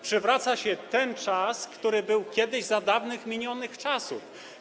Przywraca się ten stan, który był kiedyś, za dawnych, minionych czasów.